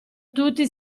tutti